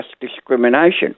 discrimination